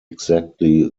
exactly